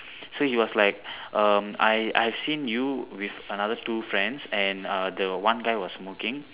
so he was like um I I've see you with another two friends and uh the one guy was smoking